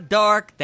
dark